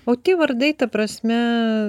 o tie vardai ta prasme